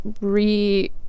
re